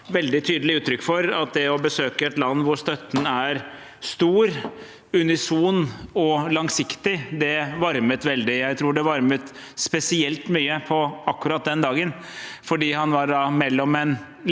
veldig tydelig uttrykk for at det å besøke et land hvor støtten er stor, unison og langsiktig, varmet veldig. Jeg tror det varmet spesielt mye på akkurat den dagen fordi han var mellom en